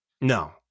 No